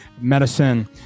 medicine